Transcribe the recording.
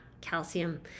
calcium